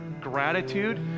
gratitude